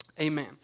amen